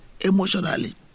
emotionally